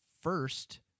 first